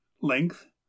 length